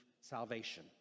salvation